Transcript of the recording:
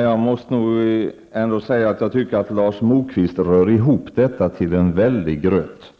Herr talman! Jag måste säga att jag tycker att Lars Moquist rör ihop detta till en väldig gröt.